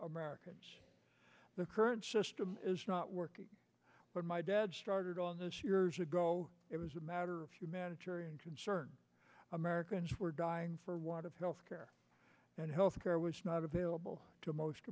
americans the current system is not working but my dad started on this years ago it was a matter of humanitarian to turn americans were dying for want of health care and health care was not available to most